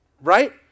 right